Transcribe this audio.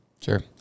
Sure